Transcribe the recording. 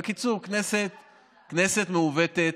בקיצור, כנסת מעוותת.